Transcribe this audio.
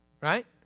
right